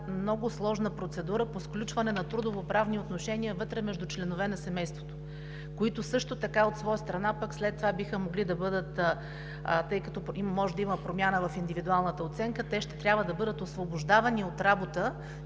много сложна процедура по сключване на трудовоправни отношения между членове на семейството. От своя страна, пък след това, тъй като може да има промяна в индивидуалната оценка, те ще трябва да бъдат освобождавани от работа